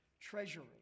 treasury